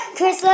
Chris